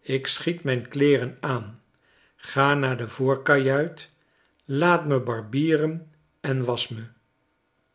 ik schiet mijn kleeren aan ga naar de voorkajuit laat me barbieren en wasch me